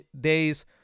days